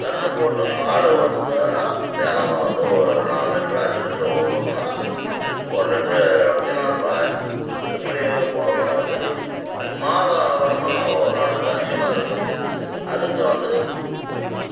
கன்று போட்டு பால் வந்ததுன்னா தினமும் வந்து ஒரு நாலு லிட்ரு அஞ்சு லிட்ரு ஓடுனால் ஒரு லிட்ரு இருபத்தி நால்ருபா இப்படி போகையில வந்து மாதம் வருமானம் ஓரளவுக்கு கனிச்சமாக இருக்கும் அதுக்கு வந்து